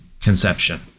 conception